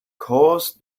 caused